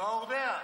קולנוע אורדע.